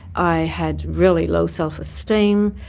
i had really low self-esteem.